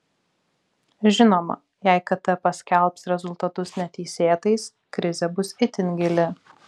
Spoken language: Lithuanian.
žinoma jei kt paskelbs rezultatus neteisėtais krizė bus itin gili